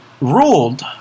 ruled